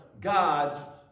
God's